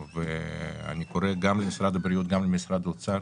אני קורא גם למשרד הבריאות וגם למשרד האוצר